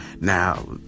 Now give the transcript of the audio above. Now